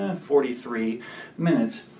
ah forty three minutes.